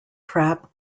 trap